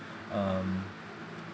um